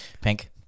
Pink